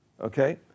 Okay